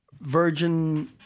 Virgin